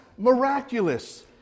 Miraculous